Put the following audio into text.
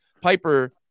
Piper